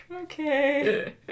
Okay